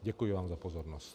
Děkuji vám za pozornost.